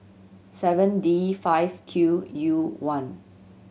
seven D five Q U one